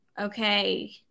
Okay